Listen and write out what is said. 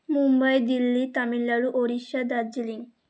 Mumbai Delhi Tamil Nadu Orissa Darjeeling